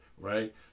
right